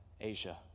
Asia